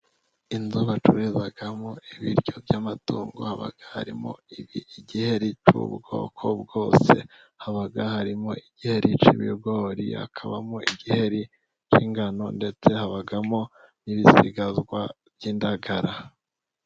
Inzu bacururizamo ibiryo by'amatungo haba harimo igiheri cy'ubwoko bwose, haba harimo igiheri cy'ibigori, hakabamo igiheri cy'ingano ndetse habamo n'ibisigazwa by'indagara.